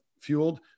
fueled